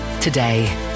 today